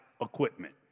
equipment